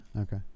okay